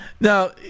Now